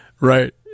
right